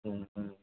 മ്മ് മ്മ്